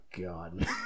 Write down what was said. God